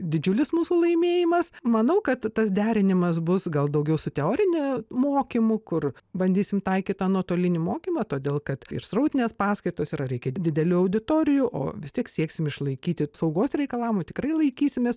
didžiulis mūsų laimėjimas manau kad tas derinimas bus gal daugiau su teoriniu mokymu kur bandysim taikyt tą nuotolinį mokymą todėl kad ir srautinės paskaitos yra reikia didelių auditorijų o vis tiek sieksim išlaikyti saugos reikalavimų tikrai laikysimės